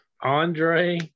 Andre